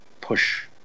push